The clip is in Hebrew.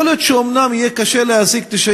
יכול להיות שאומנם יהיה קשה להשיג 90